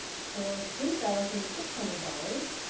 for three thousand six hundred dollars,